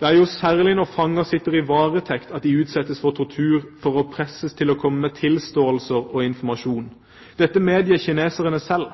Det er jo særlig når fanger sitter i varetekt at de utsettes for tortur for å presses til å komme med tilståelser og informasjon. Dette medgir kineserne selv.